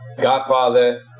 Godfather